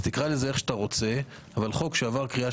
תקרא לזה איך שאתה רוצה אבל חוק שעבר קריאה